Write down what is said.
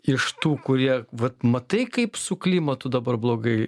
iš tų kurie vat matai kaip su klimatu dabar blogai